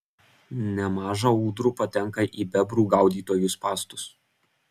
nemaža ūdrų patenka į bebrų gaudytojų spąstus